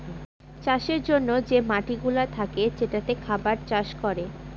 চাষের জন্যে যে মাটিগুলা থাকে যেটাতে খাবার চাষ করে